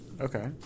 okay